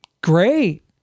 great